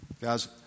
Guys